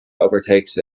overtakes